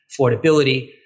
affordability